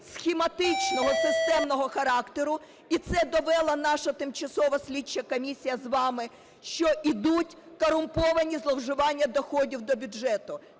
схематичного, системного характеру, і це довела наша тимчасова слідча комісія з вами, що йдуть корумповані зловживання доходів до бюджету.